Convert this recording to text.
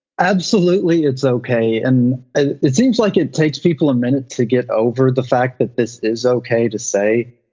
absolutely, it's okay. and ah it seems like it takes people a minute to get over the fact that this is okay to say.